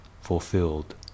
fulfilled